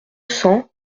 cents